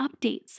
updates